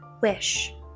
wish